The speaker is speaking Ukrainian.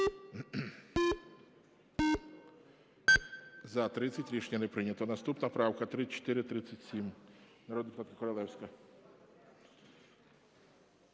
За-30 Рішення не прийнято. Наступна правка 3437, народна депутатка Королевська.